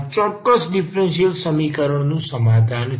આ ચોક્કસ ડીફરન્સીયલ સમીકરણ નું સમાધાન છે